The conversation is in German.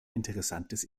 interessantes